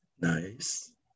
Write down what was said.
nice